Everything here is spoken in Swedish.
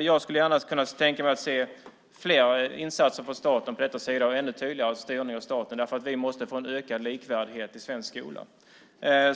Jag kan tänka mig att se fler insatser och en ännu tydligare styrning från staten eftersom vi måste få en ökad likvärdighet i svensk skola.